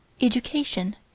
Education